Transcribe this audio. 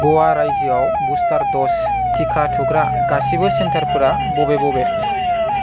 ग'वा रायजोआव booster dose टिका थुग्रा गासैबो सेन्टारफोरा बबे बबे